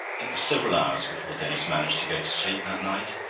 it was several hours before denis managed to go to sleep that night.